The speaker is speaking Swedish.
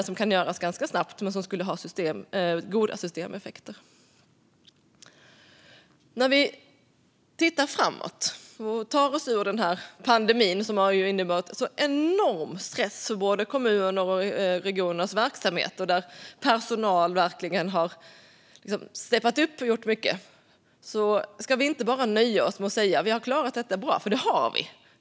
Den kan göras ganska snabbt, och den skulle ha goda systemeffekter. Vi kan titta framåt. När vi tar oss ur pandemin, som har inneburit en enorm stress för kommunernas och regionernas verksamhet och där personal verkligen har steppat upp och gjort mycket, ska vi inte nöja oss med att säga: Vi har klarat detta bra. Det har vi.